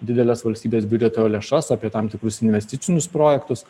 dideles valstybės biudžeto lėšas apie tam tikrus investicinius projektus